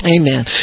Amen